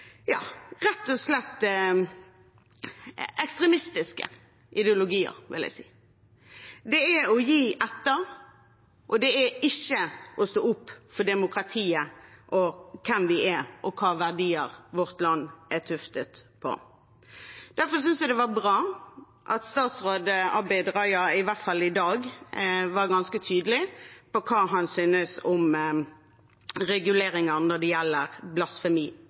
rett og slett ekstremistiske ideologier, vil jeg si. Det er å gi etter, det er ikke å stå opp for demokratiet og hvem vi er, og hva slags verdier vårt land er tuftet på. Derfor syntes jeg det var bra at statsråd Abid Raja i hvert fall i dag var ganske tydelig på hva han synes om reguleringer når det gjelder blasfemi,